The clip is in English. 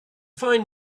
fine